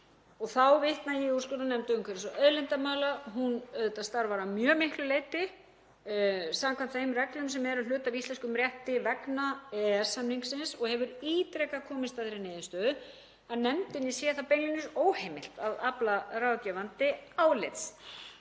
Þá vitna ég í úrskurðarnefnd umhverfis- og auðlindamála. Hún starfar að mjög miklu leyti samkvæmt þeim reglum sem eru hluti af íslenskum rétti vegna EES-samningsins og hefur ítrekað komist að þeirri niðurstöðu að nefndinni sé beinlínis óheimilt að afla ráðgefandi álits.